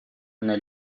мене